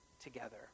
together